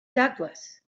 douglas